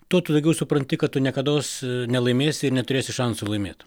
tuo tu daugiau supranti kad tu niekados nelaimėsi ir neturėsi šansų laimėt